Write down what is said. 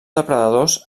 depredadors